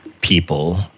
people